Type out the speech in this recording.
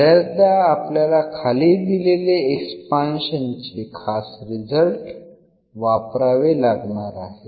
बऱ्याचदा आपल्याला खाली दिलेले एक्सपान्शनचे खास रिझल्ट वापरावे लागणार आहेत